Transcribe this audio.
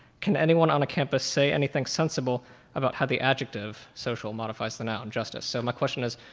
can anyone on a campus say anything sensible about how the adjective social modifies the noun justice? so my question is,